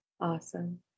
Awesome